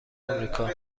آمریکا